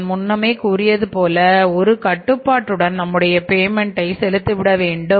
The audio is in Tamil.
நான் முன்னமே கூறியது போல ஒரு கட்டுப்பாட்டுடன் நம்முடைய பேமென்ட்டை செலுத்திவிட வேண்டும்